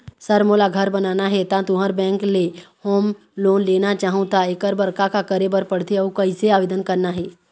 Sir मोला घर बनाना हे ता तुंहर बैंक ले होम लोन लेना चाहूँ ता एकर बर का का करे बर पड़थे अउ कइसे आवेदन करना हे?